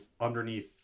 underneath